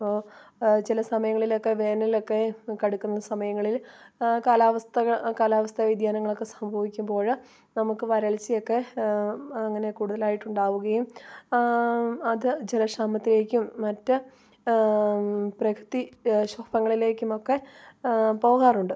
ഇപ്പോൽ ചില സമയങ്ങളിലൊക്കെ വേനലിലൊക്കെ കടക്കുന്ന സമയങ്ങളിൽ കാലാവസ്ഥകൾ കാലാവസ്ഥ വ്യതിയാനങ്ങളൊക്കെ സംഭവിക്കുമ്പോൾ നമുക്ക് വരൾച്ചയൊക്കെ അങ്ങനെ കൂടുതലായിട്ട് ഉണ്ടാവുകയും ആ അത് ജലക്ഷാമത്തിലേക്കും മറ്റ് പ്രകൃതി ക്ഷോഭങ്ങളിലേക്കുമൊക്കെ പോകാറുണ്ട്